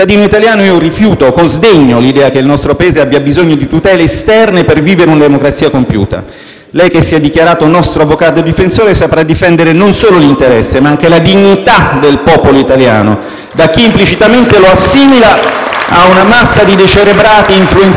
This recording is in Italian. Lei che si è dichiarato nostro avvocato difensore saprà difendere non solo l'interesse, ma anche la dignità del popolo italiano da chi implicitamente lo assimila a una massa di decerebrati influenzabili da algoritmi sul *web (Applausi dai